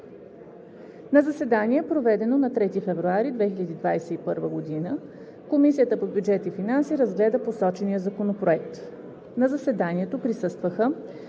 На заседание, проведено на 3 февруари 2021 г., Комисията по бюджет и финанси разгледа посочения законопроект. На заседанието присъстваха: